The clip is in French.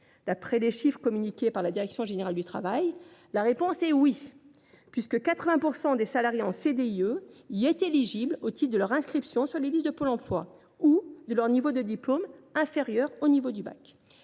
D’après les chiffres communiqués par la direction générale du travail, la réponse est oui : 80 % des salariés en CDIE y étaient éligibles au titre de leur inscription sur les listes de Pôle emploi ou de leur niveau de diplôme inférieur au baccalauréat.